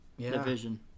division